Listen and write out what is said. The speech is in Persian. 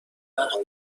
وقتی